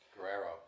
Guerrero